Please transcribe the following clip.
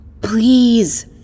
Please